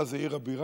מה, זו עיר הבירה?